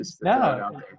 No